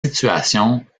situation